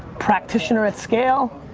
practitioner at scale.